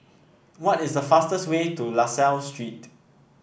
what is the fastest way to La Salle Street